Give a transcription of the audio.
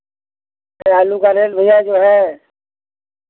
आलू उगाने वाले भैया जो है